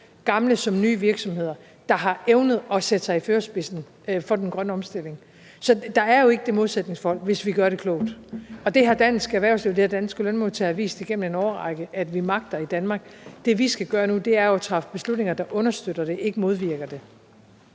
gamle som nye virksomheder, der har evnet at sætte sig i spidsen for den grønne omstilling. Så der er jo ikke det modsætningsforhold, hvis vi gør det klogt, og det har dansk erhvervsliv og det har danske lønmodtagere vist igennem en årrække, at vi magter i Danmark. Det, vi skal gøre nu, er jo at træffe beslutninger, der understøtter det, ikke modvirker det.